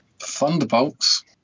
Thunderbolts